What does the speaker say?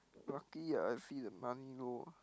lucky I see the money low ah